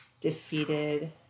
defeated